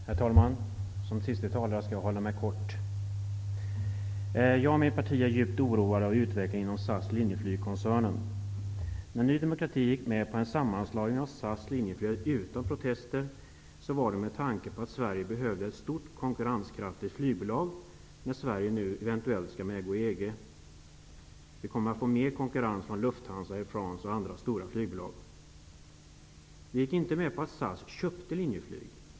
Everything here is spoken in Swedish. Herr talman! Som siste talare skall jag fatta mig kort. Jag och mitt parti är djupt oroade av utvecklingen inom SAS/Linjeflyg-koncernen. När Ny demokrati utan protester gick med på en sammanslagning av SAS och Linjeflyg var det med tanke på att Sverige behövde ett stort konkurrenskraftigt flygbolag, när Sverige nu eventuellt skulle gå med i EG. Vi kommer att få mer konkurrens från Lufthansa, Air France och andra stora flygbolag. Vi gick inte med på att SAS köpte Linjeflyg.